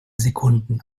sekunden